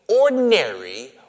ordinary